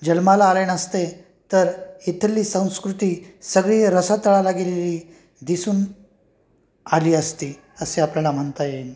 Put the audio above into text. जन्माला आले नसते तर इथली संस्कृती सगळी रसातळाला गेलेली दिसून आली असती असे आपल्याला म्हणता येईन